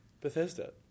Bethesda